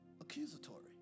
accusatory